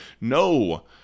No